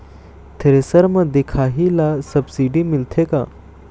Thresher म दिखाही ला सब्सिडी मिलथे का?